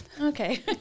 Okay